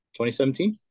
2017